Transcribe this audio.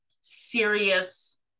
serious